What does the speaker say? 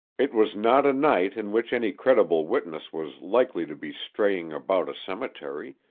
it was not a night in which any credible witness was likely to be straying about a cemetery,